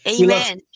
Amen